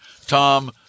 tom